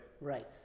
Right